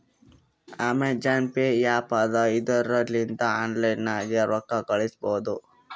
Amazon pay app ಅದಾ ಇದುರ್ ಲಿಂತ ಆನ್ಲೈನ್ ನಾಗೆ ರೊಕ್ಕಾ ಕಳುಸ್ಬೋದ